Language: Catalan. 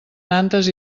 nantes